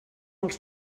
els